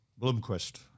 Blomquist